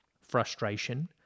frustration